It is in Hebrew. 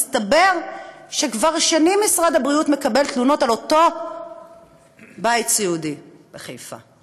מסתבר שכבר שנים משרד הבריאות מקבל תלונות על אותו בית סיעודי בחיפה.